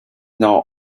now